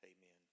Amen